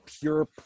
pure